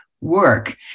work